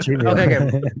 okay